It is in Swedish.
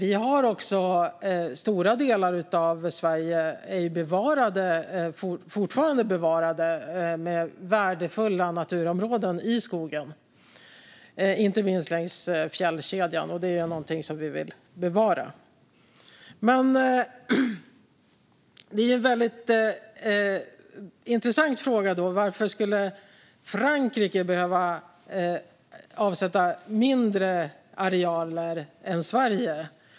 I stora delar av Sverige finns det fortfarande också värdefulla naturområden i skogen, inte minst längs fjällkedjan. Det är någonting som vi vill bevara. Men det är då en väldigt intressant fråga varför Frankrike skulle behöva avsätta mindre arealer än Sverige.